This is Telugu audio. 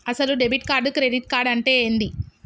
అసలు డెబిట్ కార్డు క్రెడిట్ కార్డు అంటే ఏంది?